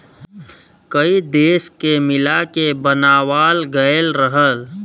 कई देश के मिला के बनावाल गएल रहल